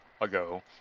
ago